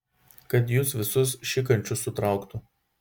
kad jus visus šikančius sutrauktų